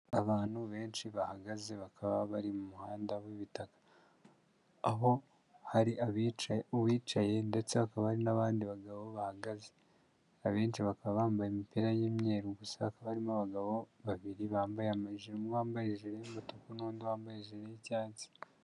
Abantu benshi bahagaze, bakaba bari mu muhanda w'ibitaka, aho hari abicaye, uwicaye ndetse hakaba hari n'abandi bagabo bahagaze, abenshi bakaba bambaye imipira y'imyeru gusa, hakaba barimo abagabo babiri bambaye amajiri, umwe wambaye ijire y'umutuku n'undi wambaye ijiri y'icyatsi.